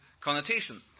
connotation